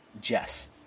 jess